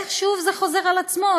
איך שוב זה חוזר על עצמו?